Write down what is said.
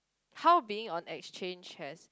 how being on that exchange has